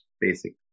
basic